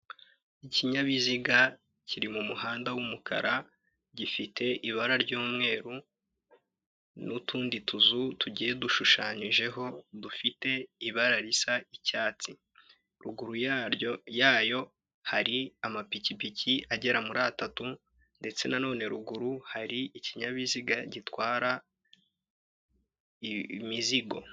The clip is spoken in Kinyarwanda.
Ikinyabiziga kiri mu muhanda w'umukara gifite ibara ry'umweru n'utundituzu tugiye dushushanyijeho dufite ibara risa icyatsi. Ruguru yaryo, yayo, hari amapikipiki agera muri atatu, ndetse na nonene ruguru hari ikinyabiziga gitwara imizigo.